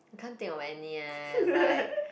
can't think of any leh like